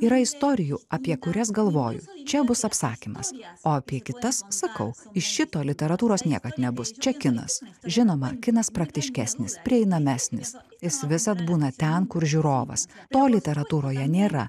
yra istorijų apie kurias galvoju čia bus apsakymas o apie kitas sakau iš šito literatūros niekad nebus čia kinas žinoma kinas praktiškesnis prieinamesnis jis visad būna ten kur žiūrovas to literatūroje nėra